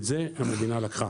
את זה המדינה לקחה.